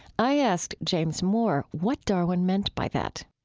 i asked james moore what darwin meant by that